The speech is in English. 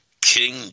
King